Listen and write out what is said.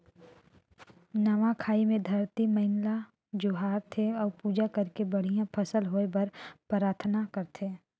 नवा खाई मे धरती मईयां ल जोहार थे अउ पूजा करके बड़िहा फसल होए बर पराथना करथे